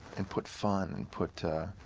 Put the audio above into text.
and put fun, and put